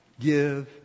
give